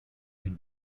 can